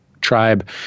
tribe